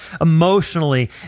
emotionally